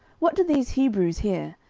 what do these hebrews here?